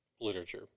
literature